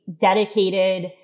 dedicated